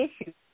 issues